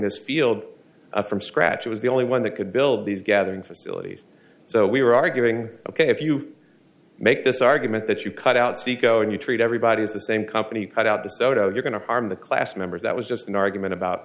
this field from scratch was the only one that could build these gathering facilities so we were arguing ok if you make this argument that you cut out saeco and you treat everybody is the same company i doubt desoto you're going to harm the class members that was just an argument about